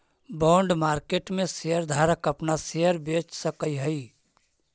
bond market में share धारक अपना शेयर बेच सकऽ हई